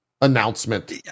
announcement